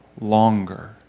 longer